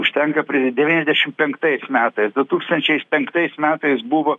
užtenka prie devyniasdešimt penktais metais du tūkstančiais penktais metais buvo